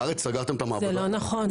זה לא נכון.